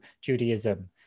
Judaism